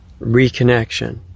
reconnection